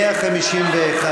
151,